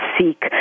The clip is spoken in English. seek